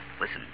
Listen